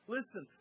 Listen